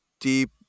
deep